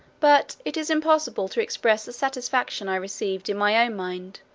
but it is impossible to express the satisfaction i received in my own mind,